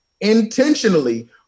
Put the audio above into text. intentionally